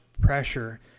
pressure